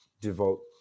devote